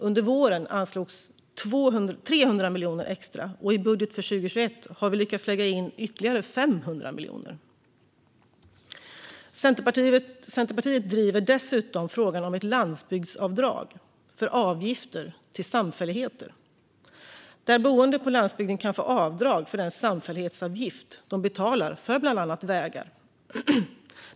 Under våren anslogs 300 miljoner extra, och i budgeten för 2021 har vi lyckats lägga in ytterligare 500 miljoner. Centerpartiet driver dessutom frågan om ett landsbygdsavdrag för avgifter till samfälligheter. De boende på landsbygden kan då få avdrag för den samfällighetsavgift de betalar för bland annat vägar.